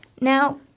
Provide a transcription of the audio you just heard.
Now